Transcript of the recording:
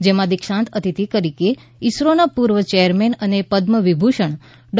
જેમાં દિક્ષાંત અતિથિ તરીકે ઈસરોના પૂર્વ ચેરમેન અને પદ્મ વિભૂષણ ડૉ